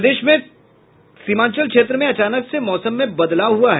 प्रदेश में सीमांचल क्षेत्र में अचानक से मौसम में बदलाव हुआ है